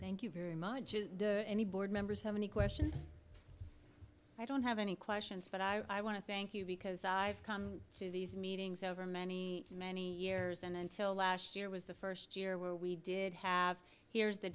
thank you very much any board members have any questions i don't have any questions but i want to thank you because i've come to these meetings over many many years and until last year was the first year where we did have here's the